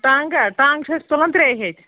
ٹنٛگاہ ٹنٛگ چھِ أسۍ تُلان ترٛیٚیہِ ہٮ۪تہِ